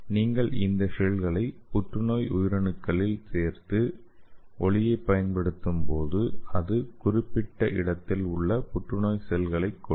நீங்கள் இந்த ஷெல்களை புற்றுநோய் உயிரணுக்களில் சேர்த்து ஒளியைப் பயன்படுத்தும்போது அது குறிப்பிட்ட இடத்தில் உள்ள புற்றுநோய் செல்களைக் கொல்லும்